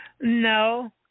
No